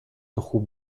خوب